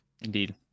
Indeed